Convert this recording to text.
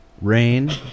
rain